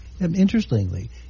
Interestingly